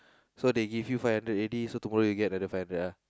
so they give you five hunderd already so tomorrow you get another five hundred ah